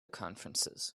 conferences